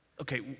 Okay